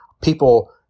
People